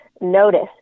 notice